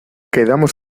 quedamos